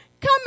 Come